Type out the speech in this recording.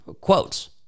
quotes